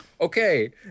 Okay